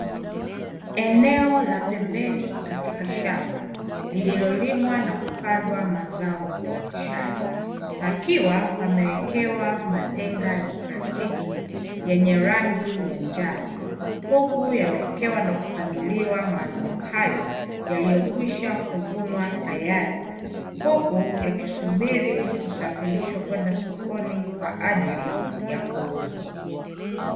Eneo la pembeni katika shamba lililolimwa na kupandwa mazao ya biashara pakiwa pamewekewa matenga ya plastiki yenye rangi ya njano, huku yamewekewa na kupangiliwa mazao hayo yaliyokwisha kuvunwa tayari; huku yakisubiri kusafirishwa kwenda sokoni kwa ajili ya kuuzwa.